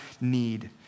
need